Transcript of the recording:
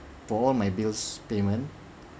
for all my bills payment